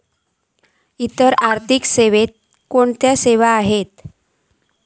इतर आर्थिक सेवेत कसले सेवा आसत?